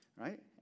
Right